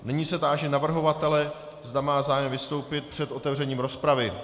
Nyní se táži navrhovatele, zda má zájem vystoupit před otevřením rozpravy.